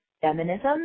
feminism